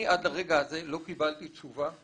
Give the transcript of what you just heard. שאני עד הרגע הזה לא קיבלתי תשובה,